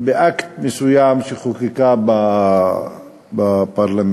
באקט מסוים שחוקקה בפרלמנט,